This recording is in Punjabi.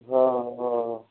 ਹਾਂ ਹਾਂ